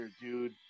dude